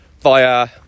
via